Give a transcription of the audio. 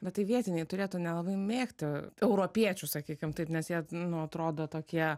na tai vietiniai turėtų nelabai mėgti europiečių sakykim taip nes jie nu atrodo tokie